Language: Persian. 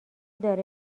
داره